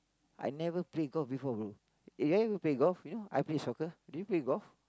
I never play golf before bro you play golf you know I play soccer do you play golf